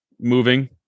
moving